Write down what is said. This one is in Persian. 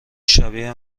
شبیه